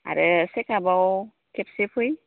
आरो सेकाभआव खेबसे फै